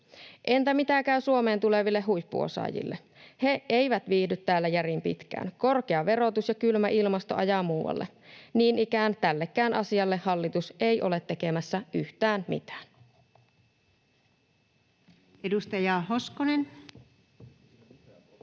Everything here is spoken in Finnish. Entä miten käy Suomeen tuleville huippuosaajille? He eivät viihdy täällä järin pitkään. Korkea verotus ja kylmä ilmasto ajavat muualle. Niin ikään tällekään asialle hallitus ei ole tekemässä yhtään mitään.